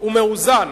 ומאוזן